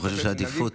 אני חושב שיש עדיפות,